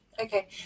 Okay